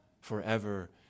forever